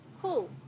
Cool